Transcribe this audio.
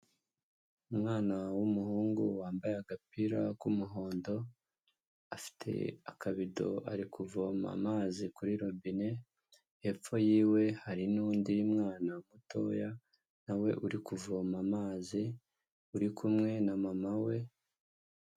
Umwana w'umuhungu wambaye agapira k'umuhondo, afite akabido ari kuvoma amazi kuri robine, hepfo y'iwe hari n'undi mwana mutoya nawe uri kuvoma amazi uri kumwe na mama we.